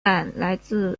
来自